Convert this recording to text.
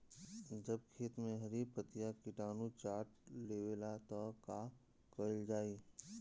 जब खेत मे हरी पतीया किटानु चाट लेवेला तऽ का कईल जाई?